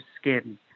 skin